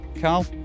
Carl